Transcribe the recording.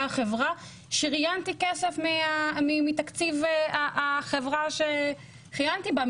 החברה שריינתי כסף מתקציב החברה שכיהנתי בה.